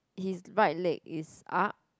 his right leg is up